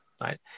right